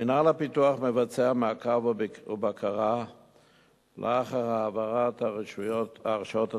מינהל הפיתוח מבצע מעקב ובקרה לאחר העברת ההרשאות התקציביות,